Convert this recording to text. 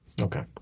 Okay